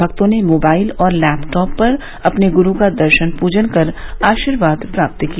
भक्तों ने मोबाइल और लैपटॉप पर अपने गुरू का दर्शन पूजन कर आशीर्वाद प्राप्त किया